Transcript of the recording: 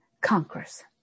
conquerors